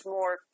more